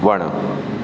वणु